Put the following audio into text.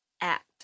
act